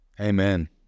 Amen